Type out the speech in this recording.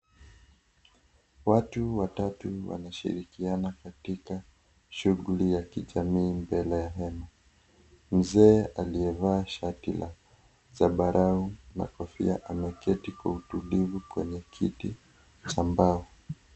Watu watatu wanashirikiana katika shughuli ya kijamii mbele ya hema. Mzee aliyevaa shati la zambarau na kofia ameketi kwa utulivu kwenye kiti ya mbao.